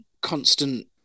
Constant